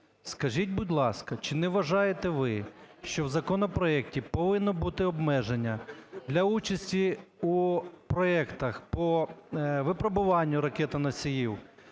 Скажіть, будь ласка, чи не вважаєте ви, що в законопроекті повинно бути обмеження для участі у проектах по випробуванню ракет-носіїв